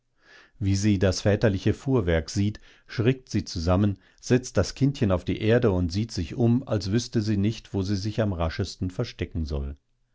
wie sie das väterliche fuhrwerk sieht schrickt sie zusammen setzt das kindchen auf die erde und sieht sich um als wüßte sie nicht wo sie sich am raschesten verstecken soll